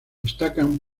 destacan